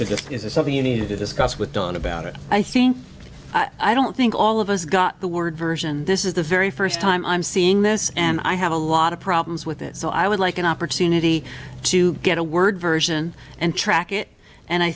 it something you need to discuss with don about it i think i don't think all of us got the word version this is the very first time i'm seeing this and i have a lot of problems with it so i would like an opportunity to get a word version and track it and i